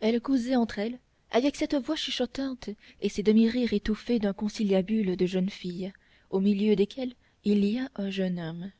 elles causaient entre elles avec cette voix chuchotante et ces demi rires étouffés d'un conciliabule de jeunes filles au milieu desquelles il y a un jeune homme